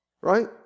right